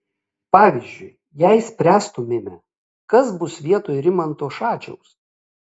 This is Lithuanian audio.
pavyzdžiui jei spręstumėme kas bus vietoj rimanto šadžiaus